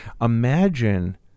Imagine